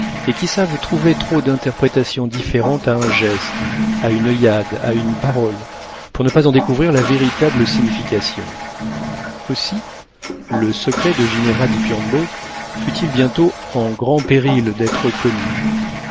et qui savent trouver trop d'interprétations différentes à un geste à une oeillade à une parole pour ne pas en découvrir la véritable signification aussi le secret de ginevra di piombo fut-il bientôt en grand péril d'être connu